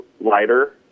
lighter